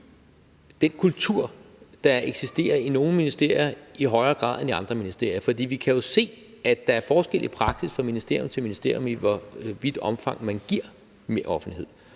den kultur, der eksisterer i nogle ministerier i højere grad end i andre ministerier. For vi kan jo se, at der er forskel i praksis fra ministerium til ministerium, med hensyn til i hvor vidt omfang man giver mere offentlighed.